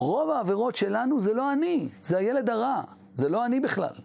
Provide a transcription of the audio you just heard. רוב העבירות שלנו זה לא אני, זה הילד הרע, זה לא אני בכלל.